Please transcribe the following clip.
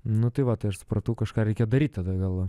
nu tai va tai aš supratau kažką reikia daryt tada gal